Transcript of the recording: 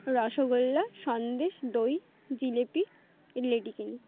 রসগোল্লা সন্দেশ দই জিলিপি লেডিকেনি